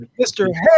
Mr